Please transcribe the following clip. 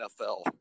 NFL